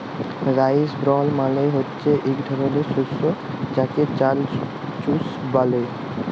rice bran মালে হচ্যে ইক ধরলের শস্য যাতে চাল চুষ ব্যলে